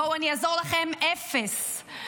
בואו אני אעזור לכם, אפס.